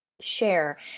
share